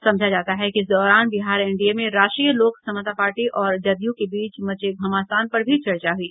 समझा जाता है कि इस दौरान बिहार एनडीए में राष्ट्रीय लोक समता पार्टी और जदयू के बीच मचे घमासान पर भी चर्चा हुई